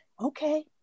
okay